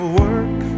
work